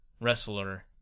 wrestler